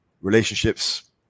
relationships